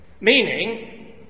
Meaning